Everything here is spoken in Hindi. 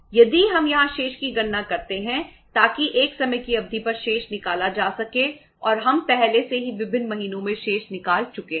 यदि हम यहां शेष की गणना करते हैं ताकि एक समय की अवधि पर शेष निकाला जा सके और हम पहले से ही विभिन्न महीनों में शेष निकाल चुके हैं